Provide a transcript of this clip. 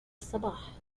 الصباح